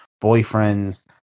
boyfriend's